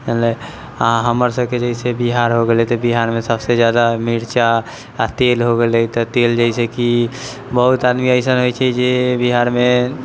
आ हमर सबकेँ जैसे बिहार हो गेलै तऽ बिहारमे सबसे जादा मिरचा आ तेल हो गेलै तऽ तेल जैसेकि बहुत आदमी अइसन रहैत छै जे बिहारमे